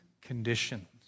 conditions